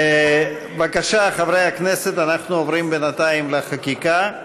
חברי הכנסת, אנחנו עוברים בינתיים לחקיקה.